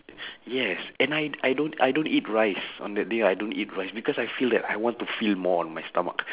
yes and I I don't I don't eat rice on that day I don't eat rice because I feel that I want to fill more on my stomach